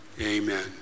Amen